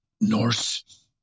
Norse